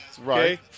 Right